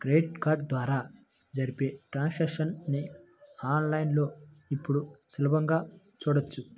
credit card ద్వారా జరిపే transactions ని ఆన్ లైన్ లో ఇప్పుడు సులభంగా చూడొచ్చు